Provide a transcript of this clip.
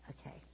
Okay